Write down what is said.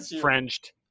Frenched